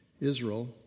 Israel